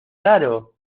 raro